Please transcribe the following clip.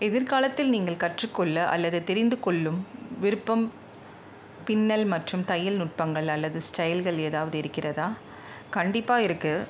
எதிர்காலத்தில் நீங்கள் கற்றுக்கொள்ள அல்லது தெரிந்துக்கொள்ளும் விருப்பம் பின்னல் மற்றும் தையல் நுட்பங்கள் அல்லது ஸ்டைல்கள் ஏதாவது இருக்கிறதா கண்டிப்பாக இருக்குது